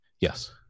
yes